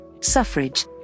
suffrage